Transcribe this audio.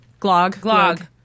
glog